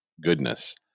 goodness